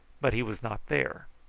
but he was not there.